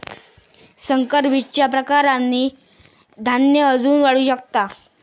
संकर बीजच्या प्रकारांनी धान्य अजून वाढू शकता